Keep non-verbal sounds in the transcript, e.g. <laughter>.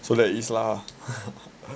so there is lah <laughs>